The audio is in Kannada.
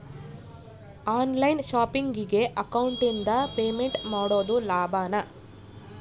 ಆನ್ ಲೈನ್ ಶಾಪಿಂಗಿಗೆ ಅಕೌಂಟಿಂದ ಪೇಮೆಂಟ್ ಮಾಡೋದು ಲಾಭಾನ?